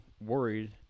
worried